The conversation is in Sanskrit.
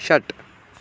षट्